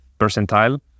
percentile